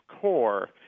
core